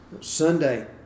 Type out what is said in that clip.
Sunday